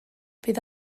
bydd